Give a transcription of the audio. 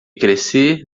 crescer